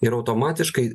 ir automatiškai